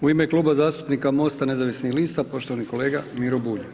U ime Kluba zastupnika MOST-a nezavisnih lista poštovani kolega Miro Bulj.